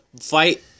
fight